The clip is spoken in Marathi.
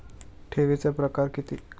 ठेवीचे प्रकार किती?